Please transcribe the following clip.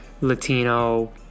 Latino